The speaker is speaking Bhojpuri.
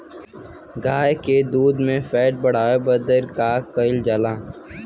गाय के दूध में फैट बढ़ावे खातिर का कइल जाला?